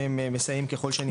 שהם מסייעים ככול שניתן.